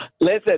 Listen